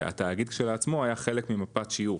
והתאגיד לכשעצמו היה חלק ממפת שיוך.